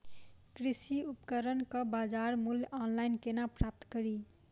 कृषि उपकरण केँ बजार मूल्य ऑनलाइन केना प्राप्त कड़ी?